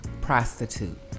prostitute